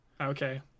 Okay